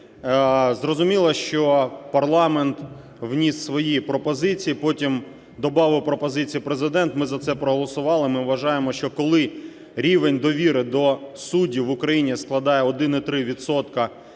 Зрозуміло, що парламент вніс свої пропозиції, потім добавив пропозиції Президент. Ми за це проголосували. Ми вважаємо, що коли рівень довіри до судів в Україні складає 1,3